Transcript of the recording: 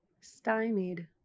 Stymied